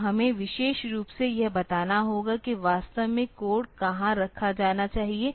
तो हमें विशेष रूप से यह बताना होगा कि वास्तव में कोड कहां रखा जाना चाहिए